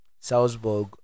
salzburg